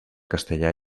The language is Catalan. castellà